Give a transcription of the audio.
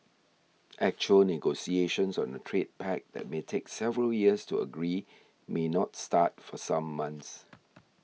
actual negotiations on a trade pact that may take several years to agree may not start for some months